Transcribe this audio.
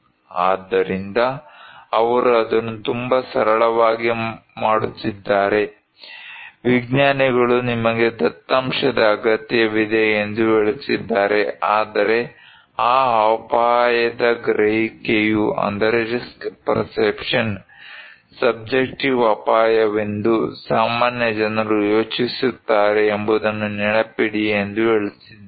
ಆದ್ದರಿಂದ ಅವರು ಅದನ್ನು ತುಂಬಾ ಸರಳವಾಗಿ ಮಾಡುತ್ತಿದ್ದಾರೆ ವಿಜ್ಞಾನಿಗಳು ನಿಮಗೆ ದತ್ತಾಂಶದ ಅಗತ್ಯವಿದೆ ಎಂದು ಹೇಳುತ್ತಿದ್ದಾರೆ ಆದರೆ ಆ ಅಪಾಯದ ಗ್ರಹಿಕೆಯು ಸಬ್ಜೆಕ್ಟಿವ್ ಅಪಾಯವೆಂದು ಸಾಮಾನ್ಯ ಜನರು ಯೋಚಿಸುತ್ತಾರೆ ಎಂಬುದನ್ನು ನೆನಪಿಡಿ ಎಂದು ಹೇಳುತ್ತಿದ್ದಾರೆ